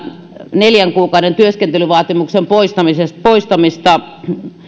neljän kuukauden työskentelyvaatimuksen poistamista poistamista